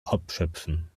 abschöpfen